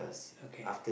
okay